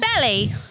belly